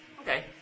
Okay